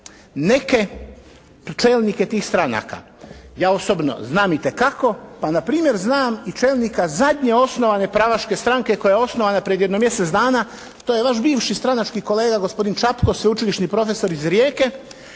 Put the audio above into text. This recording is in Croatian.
neke čelnike tih stranaka. Ja osobno znam itekako. Pa na primjer znam i čelnika zadnje osnovane pravaške stranke koja je osnovana pred jedno mjeseca dana. To je vaš bivši stranački kolega gospodin Čapko, sveučilišni profesor iz Rijeke.